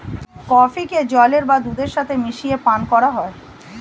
কফিকে জলের বা দুধের সাথে মিশিয়ে পান করা হয়